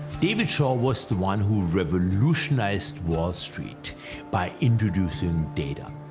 david shaw was the one who revolutionized wall street by introducing data.